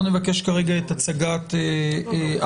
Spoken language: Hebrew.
אנחנו נבקש כרגע את הצגת הממשלה.